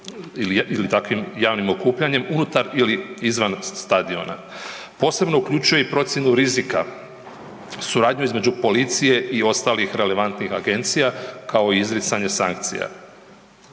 ili takvim javnim okupljanjem, unutar ili izvan stadiona. Posebno uključuje i procjenu rizika, suradnju između policije i ostalih relevantnih agencija kao i izricanje sankcija.